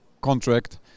contract